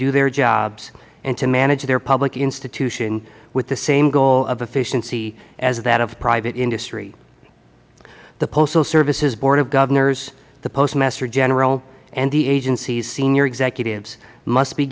do their jobs and to manage their public institution with the same goal of efficiency as that of private industry the postal service's board of governors the postmaster general and the agency's senior executives must be